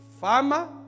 Fama